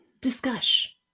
Discuss